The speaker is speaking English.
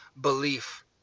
belief